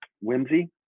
whimsy